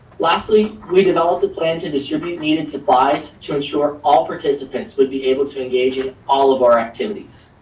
lastly, we developed a plan to distribute needed device to ensure all participants would be able to engage in all of our activities.